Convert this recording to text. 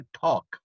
talk